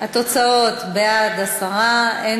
ההצעה להעביר את הצעת חוק איסור נהיגה